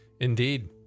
indeed